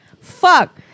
fuck